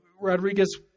Rodriguez